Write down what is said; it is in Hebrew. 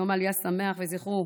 יום עלייה שמח, וזכרו: